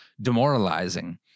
demoralizing